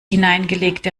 hineingelegte